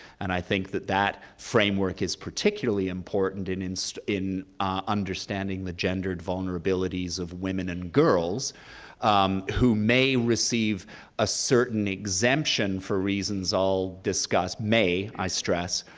and i think that that framework is particularly important in in so understanding the gendered vulnerabilities of women and girls who may receive a certain exemption for reasons i'll discuss, may, i stress,